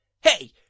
hey